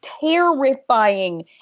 terrifying